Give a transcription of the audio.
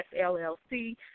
LLC